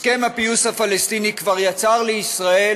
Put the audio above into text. הסכם הפיוס הפלסטיני כבר יצר לישראל